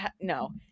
no